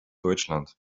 deutschland